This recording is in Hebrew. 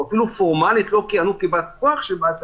אפילו פורמלית לא כיהנו כבא-כוח של בעל תפקיד,